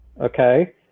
okay